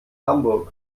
hamburg